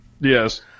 Yes